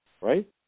right